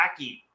wacky